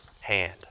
hand